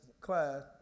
class